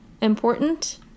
important